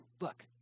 look